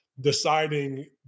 deciding